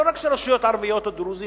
לא רק של רשויות ערביות או דרוזיות.